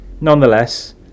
Nonetheless